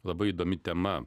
labai įdomi tema